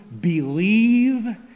believe